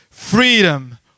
freedom